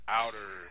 outer